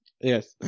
Yes